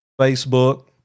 Facebook